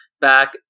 back